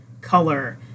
color